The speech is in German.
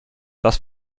dass